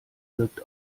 wirkt